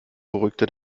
beruhigte